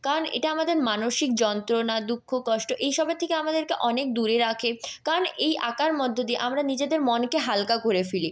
কারণ এটা আমাদের মানসিক যন্ত্রণা দুঃখ কষ্ট এই সবের থেকে আমাদেরকে অনেক দূরে রাখে কারণ এই আঁকার মধ্য দিয়ে আমরা নিজেদের মনকে হালকা করে ফেলি